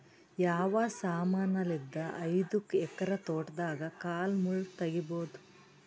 ಯಾವ ಸಮಾನಲಿದ್ದ ಐದು ಎಕರ ತೋಟದಾಗ ಕಲ್ ಮುಳ್ ತಗಿಬೊದ?